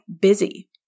busy